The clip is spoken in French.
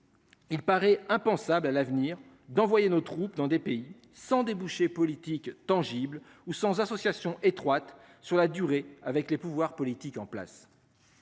Il paraît impensable à l'avenir d'envoyer nos troupes dans des pays sans débouché politique tangible ou sans association étroite sur la durée avec le pouvoir politique en place.